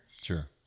Sure